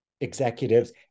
executives